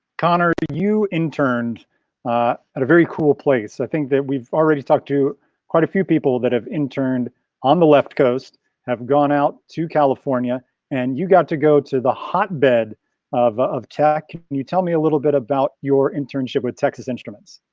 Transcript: connor, you interned at a very cool place. i think that we've already talked to quite a few people that have interned on the left coast have gone out to california and you got to go to the hotbed of of tech, can you tell me a little bit about your internship with texas instruments.